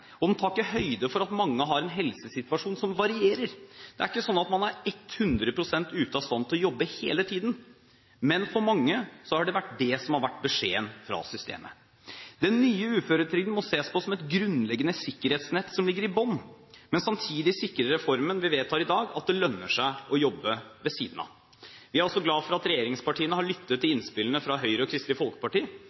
høyde for at mange har en helsesituasjon som varierer – det er ikke sånn at man er 100 pst. ute av stand til å jobbe hele tiden. Men for mange har det vært det som er beskjeden fra systemet. Den nye uføretrygden må ses på som et grunnleggende sikkerhetsnett som ligger i bunnen, men samtidig sikrer reformen vi vedtar i dag, at det lønner seg å jobbe ved siden av. Vi er også glad for at regjeringspartiene har lyttet til innspillene fra Høyre og Kristelig Folkeparti